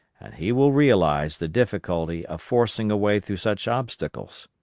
and he will realize the difficulty of forcing a way through such obstacles.